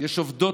יש עובדות